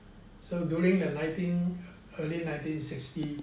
so during the nineteen early nineteen sixty